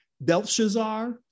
Belshazzar